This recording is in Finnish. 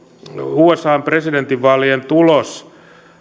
usan presidentinvaalien tulos